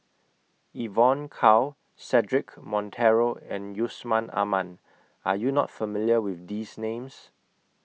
Evon Kow Cedric Monteiro and Yusman Aman Are YOU not familiar with These Names